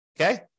okay